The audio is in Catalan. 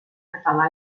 català